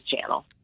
Channel